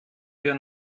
wir